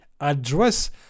address